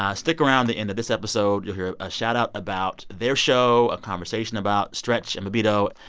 um stick around the end of this episode. you'll hear a shoutout about their show, a conversation about stretch and bobbito.